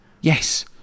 Yes